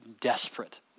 Desperate